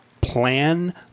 plan